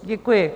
Děkuji.